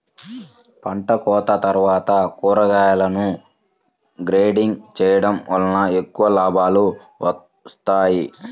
పంటకోత తర్వాత కూరగాయలను గ్రేడింగ్ చేయడం వలన ఎక్కువ లాభాలు వస్తాయి